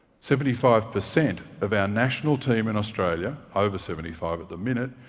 seventy-five percent of our national team in australia over seventy five at the minute